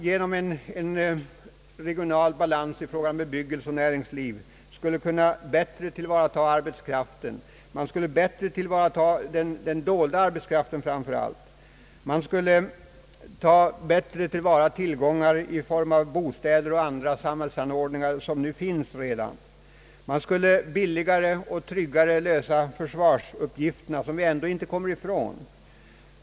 Genom en regional balans i fråga om bebyggelse och näringsliv skulle det bli möjligt att bättre tillvarata arbetskraften. Man skulle bättre kunna tillvarata framför allt den dolda arbetskraften. Man skulle bättre kunna ta till vara tillgångar i form av bostäder och andra samhällsanordningar, som nu redan finns. Man skulle billigare och tryggare lösa försvarsuppgifterna, som vi ändå inte kommer ifrån.